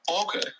Okay